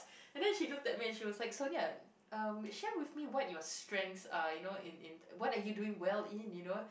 and then she looked at me she was like Sonia um share with me what your strength are you know in in what are you doing well in you know